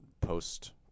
post